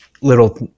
little